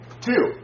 two